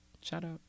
Shout-out